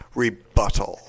rebuttal